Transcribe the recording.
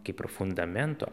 kaip ir fundamento